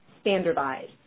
standardized